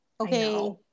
okay